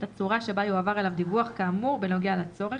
את הצורה שבה יועבר אליו דיווח כאמור בנוגע לצורך,